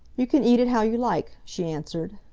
you can eat it how you like, she answered.